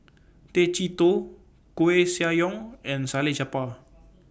Tay Chee Toh Koeh Sia Yong and Salleh Japar